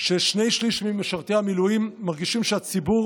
ששני שלישים ממשרתי המילואים מרגישים שהציבור